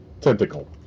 tentacle